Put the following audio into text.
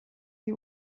die